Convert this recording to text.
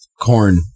corn